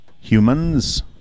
humans